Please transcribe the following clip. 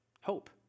hope